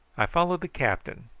i followed the captain,